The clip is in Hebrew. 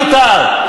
גם הוא מיותר.